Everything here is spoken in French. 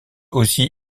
aussi